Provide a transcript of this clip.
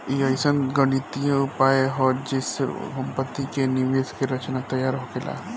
ई अइसन गणितीय उपाय हा जे से सम्पति के निवेश के रचना तैयार होखेला